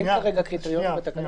אין כרגע קריטריונים בתקנות.